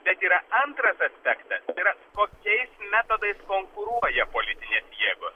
bet yra antras aspektas tai yra šiais metodais konkuruoja politinės jėgos